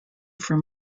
from